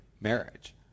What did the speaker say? marriage